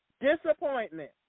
disappointment